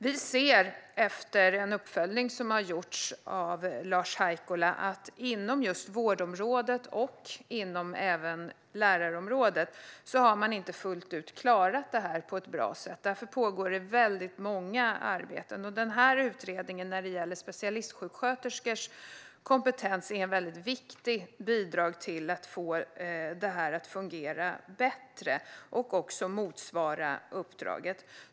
Vi ser, efter den uppföljning som har gjorts av Lars Haikola, att man inte inom just vårdområdet och inom lärarområdet fullt ut har klarat detta på ett bra sätt. Därför pågår väldigt många arbeten, och den utredning som gäller specialistsjuksköterskors kompetens är ett viktigt bidrag till att få detta att fungera bättre och motsvara uppdraget.